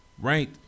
right